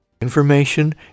Information